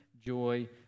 joy